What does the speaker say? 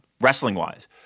wrestling-wise